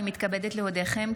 הינני מתכבדת להודיעכם,